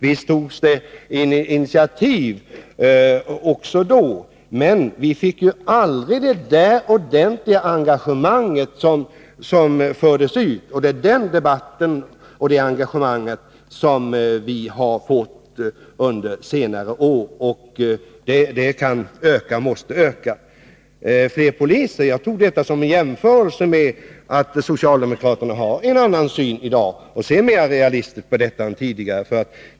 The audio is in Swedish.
Visst togs det initiativ också då, men vi fick aldrig något verkligt engagemang. Det är det engagemanget som vi har fått under senare år, och det måste öka. Socialdemokraterna har i dag en annan syn på betydelsen av polisinsatserna. De är mer realistiska än tidigare.